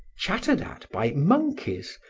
chattered at, by monkeys,